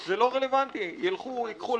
שמולי, אם אתה לא חבר בוועדה, אני אשמח שתהיה